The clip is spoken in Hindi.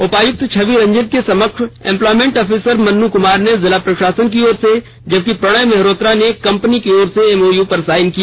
उपायुक्त छवि रंजन के समक्ष इप्लॉयमेंट ऑफिसर मन्नू कुमार ने जिला प्रशासन की ओर से जबकि प्रणय मेहरोत्रा ने कंपनी की ओर से एमओयू पर साइन किया